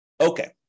Okay